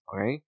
okay